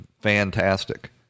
fantastic